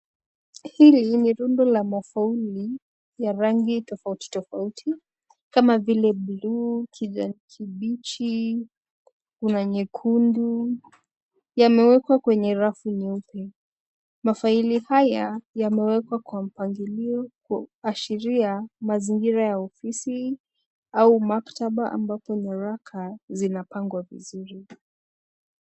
Hili ni rundo la mafaili ya rangi tofauti tofauti kama vile buluu, kijani kibichi kuna nyekundu. Yamewekwa kwenye rafu nyeupe . Mafaili haya yamewekwa kwa mpangilio kuashiria mazingira ya ofisi au maktaba ambapo nyaraka zinapangwa vizuri .